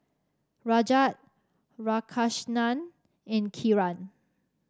Rajat Radhakrishnan and Kiran